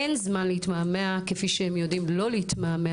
אין זמן להתמהמה כפי שהם יודעים לא להתמהמה